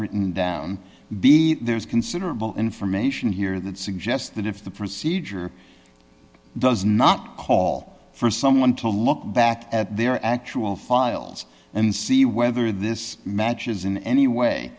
written down b there is considerable information here that suggests that if the procedure does not call for someone to look back at their actual files and see whether this matches in any way